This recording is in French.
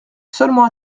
seulement